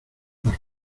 los